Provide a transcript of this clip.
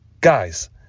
Guys